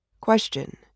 Question